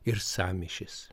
ir sąmyšis